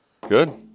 Good